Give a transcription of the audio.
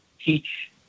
teach